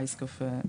אייס קפה,